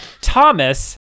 Thomas